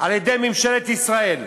על-ידי ממשלת ישראל.